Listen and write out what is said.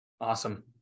Awesome